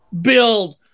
build